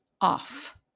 off